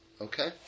okay